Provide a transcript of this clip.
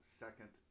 second